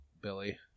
Billy